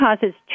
causes